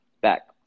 back